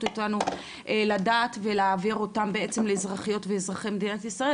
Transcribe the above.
אותנו לדעת ולהעביר אותן בעצם לאזרחיות ואזרחי מדינת ישראל,